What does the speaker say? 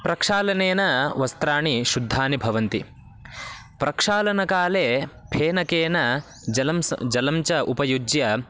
प्रक्षालनेन वस्त्राणि शुद्धानि भवन्ति प्रक्षालनकाले फेनकेन जलं स् जलं च उपयुज्य